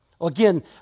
Again